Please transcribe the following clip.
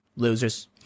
losers